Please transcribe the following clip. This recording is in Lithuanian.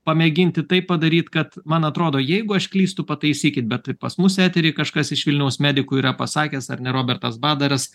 pamėginti taip padaryt kad man atrodo jeigu aš klystu pataisykit bet ir pas mus etery kažkas iš vilniaus medikų yra pasakęs ar ne robertas badaras